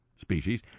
species